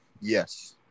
Yes